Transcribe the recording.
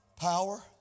Power